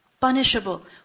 punishable